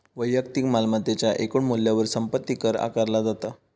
वैयक्तिक मालमत्तेच्या एकूण मूल्यावर संपत्ती कर आकारला जाता